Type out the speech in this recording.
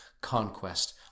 conquest